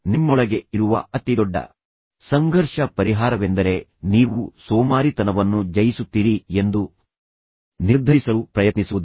ನಿಮ್ಮೊಳಗೆ ಇರುವ ಅತಿದೊಡ್ಡ ಸಂಘರ್ಷ ಪರಿಹಾರವೆಂದರೆ ನೀವು ಸೋಮಾರಿತನವನ್ನು ಜಯಿಸುತ್ತೀರಿ ಎಂದು ನಿರ್ಧರಿಸಲು ಪ್ರಯತ್ನಿಸುವುದು